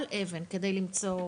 כל אבן, כדי למצוא.